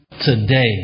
today